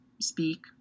speak